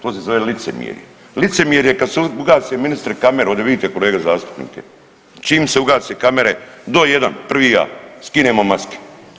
To se zove licemjerje, licemjerje kada se ugase ministre kamere ovdje vidite kolege zastupnike, čim se ugase kamere do jedan, prvi ja, skinemo maske.